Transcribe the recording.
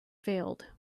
failed